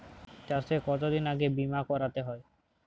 চাষে কতদিন আগে বিমা করাতে হয়?